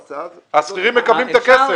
השכירים מקבלים את הכסף.